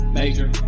major